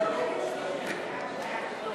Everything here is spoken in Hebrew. שם החוק נתקבל.